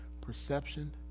perception